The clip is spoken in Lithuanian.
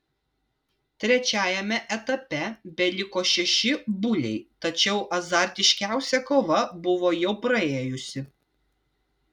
trečiajame etape beliko šeši buliai tačiau azartiškiausia kova buvo jau praėjusi